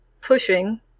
pushing